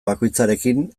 bakoitzarekin